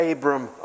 Abram